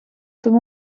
тому